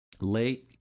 late